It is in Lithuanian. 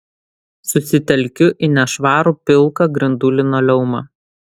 susitelkiu į nešvarų pilką grindų linoleumą